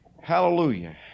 Hallelujah